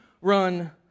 run